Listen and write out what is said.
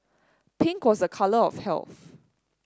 pink was a colour of health